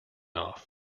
off